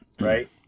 right